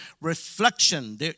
reflection